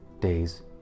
days